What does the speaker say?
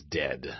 dead